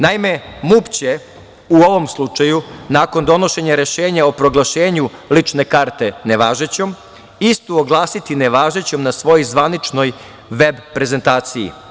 Naime, MUP će u ovom slučaju nakon donošenja rešenja o proglašenju lične karte nevažećom istu oglasiti nevažećom na svojoj zvaničnoj veb prezentaciji.